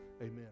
amen